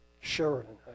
Sheridan